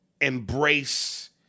embrace